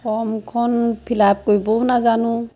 ফৰ্মখন fill up কৰিবও নাজানো